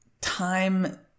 time